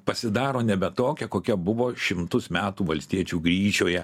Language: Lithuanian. pasidaro nebe tokia kokia buvo šimtus metų valstiečių gryčioje